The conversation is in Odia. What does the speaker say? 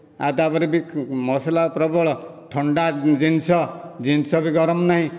ଆଉ ତାପରେ ବି ମସଲା ପ୍ରବଳ ଥଣ୍ଡା ଜିନିସ ଜିନିସ ବି ଗରମ ନାଇଁ